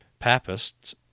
papists